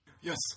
Yes